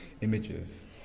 images